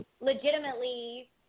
legitimately